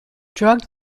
drug